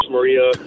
Maria